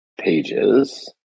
pages